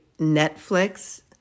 Netflix